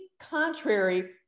contrary